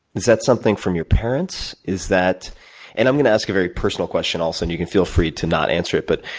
is that something from your parents? is that and, i'm gonna ask a very personal question, also, and you can feel free to not answer it. but,